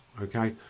okay